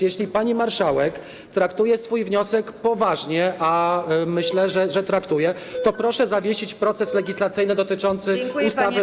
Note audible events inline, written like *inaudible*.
Jeśli pani marszałek traktuje swój wniosek poważnie, a myślę, *noise* że traktuje, to proszę zawiesić proces legislacyjny dotyczący ustawy o sądach.